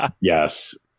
Yes